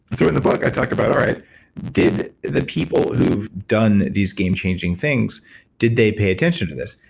sort of the book i talk about all right did the people who've done these game changing things did they pay attention to this?